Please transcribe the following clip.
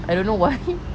I don't know why